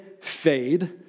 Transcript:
fade